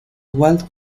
walt